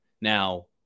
Now